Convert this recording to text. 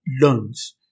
loans